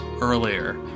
earlier